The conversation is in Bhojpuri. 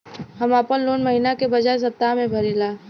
हम आपन लोन महिना के बजाय सप्ताह में भरीला